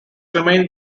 remained